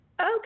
Okay